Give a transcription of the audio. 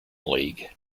league